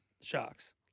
Sharks